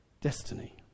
Destiny